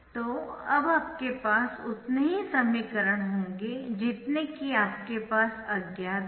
तो तब आपके पास उतने ही समीकरण होंगे जितने कि आपके पास अज्ञात है